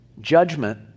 judgment